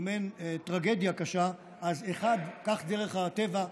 אם אין טרגדיה קשה, אז בדרך הטבע,